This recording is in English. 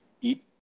Eat